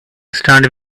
stand